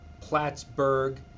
Plattsburgh